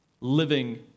living